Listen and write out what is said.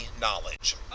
knowledge